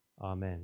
Amen